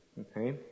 Okay